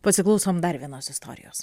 pasiklausom dar vienos istorijos